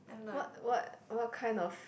what what what kind of